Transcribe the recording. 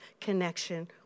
connection